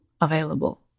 available